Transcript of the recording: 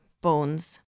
bones